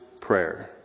prayer